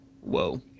whoa